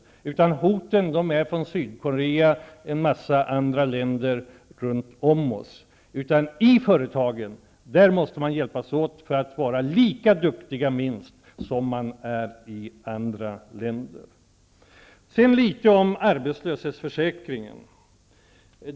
Hoten kommer i stället från Sydkorea och en mängd länder runt om oss. De som jobbar i företagen måste hjälpas åt för att vara minst lika duktiga som man är i andra länder. Sedan vill jag säga litet grand om arbetslöshetsförsäkringen.